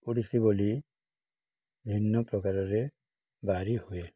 ଓଡ଼ିଶୀ ବୋଲି ଭିନ୍ନ ପ୍ରକାରରେ ବାରି ହୁଏ